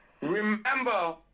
remember